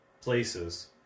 places